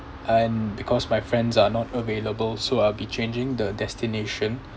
and because my friends are not available so I'll be changing the destination